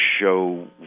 show